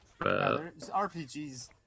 RPGs